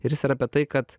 ir jis yra apie tai kad